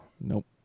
Nope